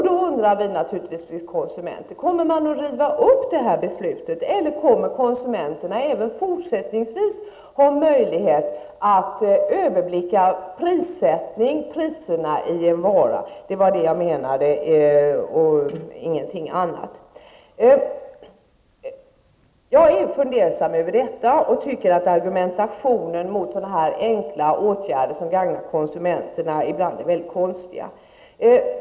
Nu undrar vi konsumenter om detta beslut kommer att rivas upp eller om vi även i fortsättningen kommer att ha möjlighet att kunna överblicka prissättningen på varor. Det var det jag menade och ingenting annat. Jag är fundersam över detta och tycker att argumenten mot enkla åtgärder som gagnar konsumenterna ibland är mycket konstiga.